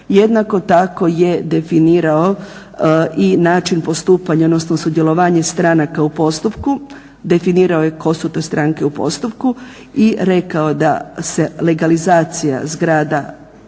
Jednako tako je definirao i način postupanja na osnovu sudjelovanja stranaka u postupku, definirao je tko su to stranke u postupku i rekao da se legalizacija zgrada